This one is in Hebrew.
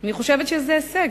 אני חושבת שזה הישג.